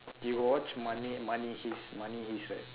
you got watch money money heist money heist right